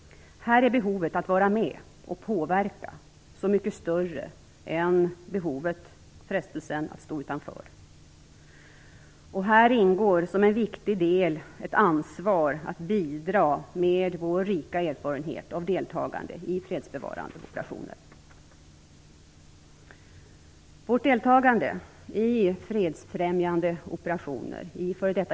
Här är behovet att vara med och påverka så mycket större än behovet, frestelsen att stå utanför. Och här ingår, som en viktig del, ett ansvar att bidra med vår rika erfarenhet av deltagande i fredsbevarande operationer.